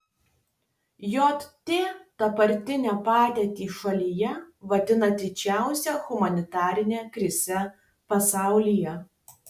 jt dabartinę padėtį šalyje vadina didžiausia humanitarine krize pasaulyje